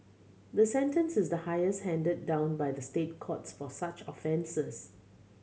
the sentence is the highest handed down by the State Courts for such offences